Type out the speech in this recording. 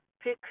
pick